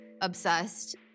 obsessed